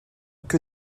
que